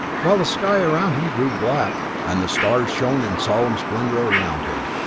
while the sky around him grew black, and the stars shone in solemn splendor around him.